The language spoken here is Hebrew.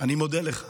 אני מודה לך,